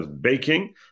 baking